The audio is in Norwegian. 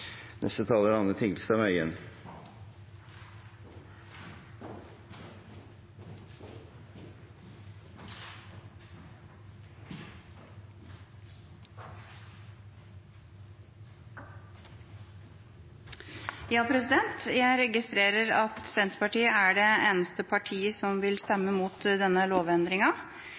Jeg registrerer at Senterpartiet er det eneste partiet som vil stemme imot denne